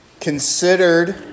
considered